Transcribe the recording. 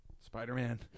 Spider-Man